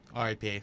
RIP